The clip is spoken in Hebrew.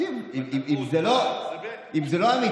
אם זה לא אמיתי,